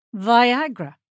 Viagra